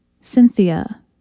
Cynthia